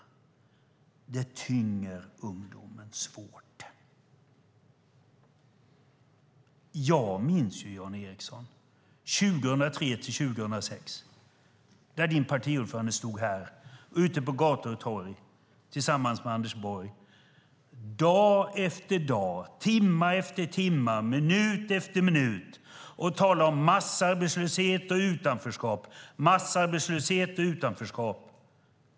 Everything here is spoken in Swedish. Det tynger ungdomen svårt. Jag minns, Jan Ericson, att 2003-2006 stod din partiordförande ute på gator och torg tillsammans med Anders Borg dag efter dag, timma efter timma, minut efter minut och talade om massarbetslöshet och utanförskap.